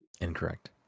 Incorrect